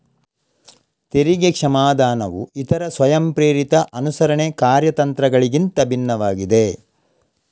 ತೆರಿಗೆ ಕ್ಷಮಾದಾನವು ಇತರ ಸ್ವಯಂಪ್ರೇರಿತ ಅನುಸರಣೆ ಕಾರ್ಯತಂತ್ರಗಳಿಗಿಂತ ಭಿನ್ನವಾಗಿದೆ